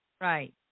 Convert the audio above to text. Right